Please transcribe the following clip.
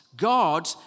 God